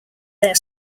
their